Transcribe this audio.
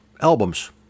albums